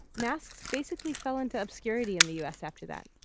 masks basically fell into obscurity in the u s. after that.